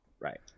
Right